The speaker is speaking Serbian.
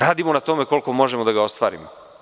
Radimo na tome koliko možemo da ga ostvarimo.